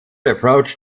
approach